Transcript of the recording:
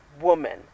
woman